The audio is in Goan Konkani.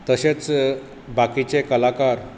तशेच बाकीचे कलाकार